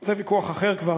זה ויכוח אחר כבר,